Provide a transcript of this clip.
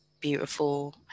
beautiful